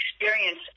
experience